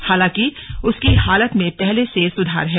हालांकि उसकी हालत में पहले से सुधार है